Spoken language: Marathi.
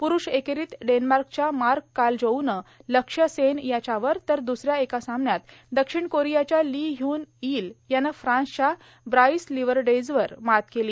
प्रूष एकेरीत डेन्मार्कच्या मार्क कालजोऊनं लक्ष्य सेन याच्यावर तर दुस या एका सामन्यात दक्षिण कोरियाच्या ली हयून ईल यानं फ्रान्सच्या ब्राइस लिवरडेजवर मात केली